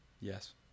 Yes